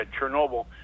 Chernobyl